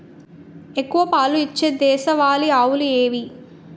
ఎక్కువ పాలు ఇచ్చే దేశవాళీ ఆవులు ఏవి?